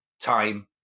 time